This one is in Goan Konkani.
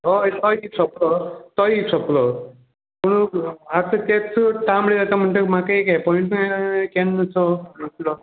हय तोय सोंपलो तोय यव सोंपलो पूण आतां तेंच तामळे जाता म्हणटकीर म्हाका एक एपोयंटमेंट केन्ना सो दुसरो